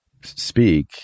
speak